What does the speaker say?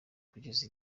kugeza